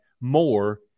more